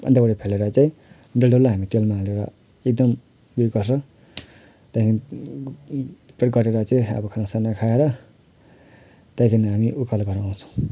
आन्द्राभुँडी फ्यालेर चाहिँ डल्लो डल्लो हामी तेलमा हालेर एकदम उयो गर्छ त्यहाँदेखि उयो गरेर चाहिँ अब खानासाना खाएर त्यहाँदेखि हामी उकालो घर आउँछौँ